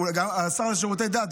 השר לשירותי דת,